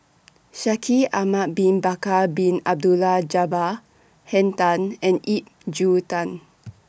Shaikh Ahmad Bin Bakar Bin Abdullah Jabbar Henn Tan and Ip Tung